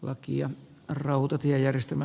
ei tilastoida